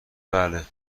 بله